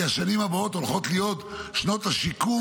כי השנים הבאות הולכות להיות שנות השיקום